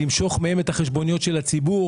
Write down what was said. למשוך מהם את החשבוניות של הציבור,